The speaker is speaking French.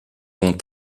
ont